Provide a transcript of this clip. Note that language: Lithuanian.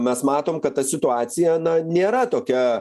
mes matom kad ta situacija na nėra tokia